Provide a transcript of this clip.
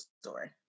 story